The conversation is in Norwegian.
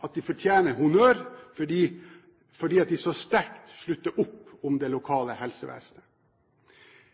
at de fortjener honnør fordi de så sterkt slutter opp om det lokale helsevesenet.